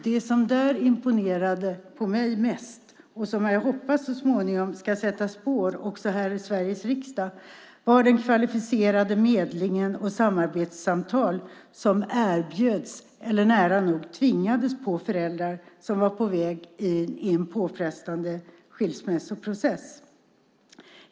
Det som imponerade mest på mig där, och som jag hoppas så småningom ska sätta spår här i Sveriges riksdag, var den kvalificerade medlingen och de samarbetssamtal som erbjöds eller nära nog tvingades på föräldrar som var på väg in i en påfrestande skilsmässoprocess.